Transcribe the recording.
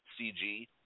CG